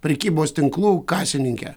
prekybos tinklų kasininkę